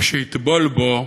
ושיטבול בו,